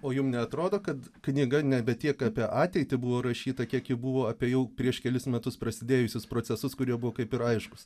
o jum neatrodo kad knyga nebe tiek apie ateitį buvo rašyta kiek ji buvo apie jau prieš kelis metus prasidėjusius procesus kurie buvo kaip ir aiškūs